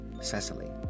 Cecily